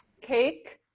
cake